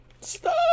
stop